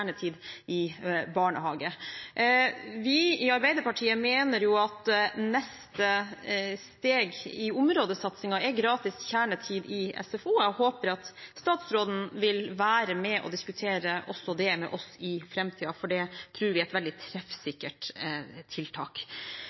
i barnehage. Vi i Arbeiderpartiet mener jo at neste steg i områdesatsingen er gratis kjernetid i SFO, og jeg håper at statsråden vil være med og diskutere også det med oss i framtiden, for det tror vi er et veldig treffsikkert tiltak.